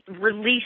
release